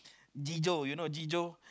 Jijo you know Jijo